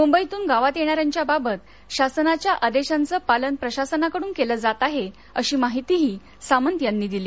मुंबईतून गावात येणाऱ्यांच्याबाबत शासनाच्या आदेशांचे पालन प्रशासनाकडून केल जात आहे अशी माहितीही सामंत यांनी दिली